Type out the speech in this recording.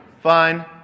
Fine